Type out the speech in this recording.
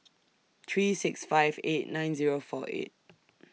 three six five eight nine Zero four eight